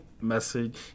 message